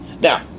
Now